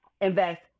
invest